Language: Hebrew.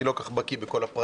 אני לא כל כך בקיא בכל הפרטים,